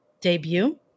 debut